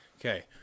okay